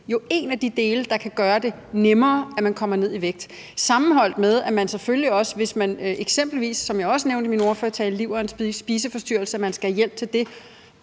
jo en af de dele, der kan gøre det nemmere at komme ned i vægt, sammenholdt med at man eksempelvis, som jeg nævnte i min ordførertale, lider af en spiseforstyrrelse og skal have hjælp til det,